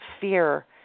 fear